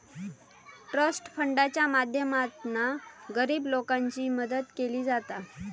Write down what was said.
trust फंडाच्या माध्यमातना गरीब लोकांची मदत केली जाता